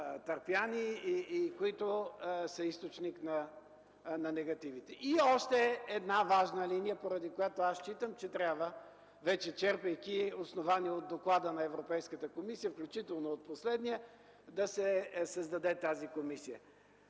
търпяни и които са източник на негативите. И още една важна линия, поради която считам, че трябва вече, черпейки основания от доклада на Европейската комисия, включително от последния, да се създаде тази комисия.